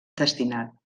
destinat